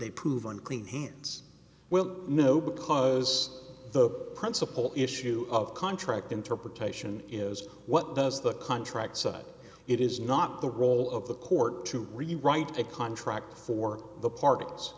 they prove unclean hands well no because the principle issue of contract interpretation is what does the contract side it is not the role of the court to really write a contract for the parties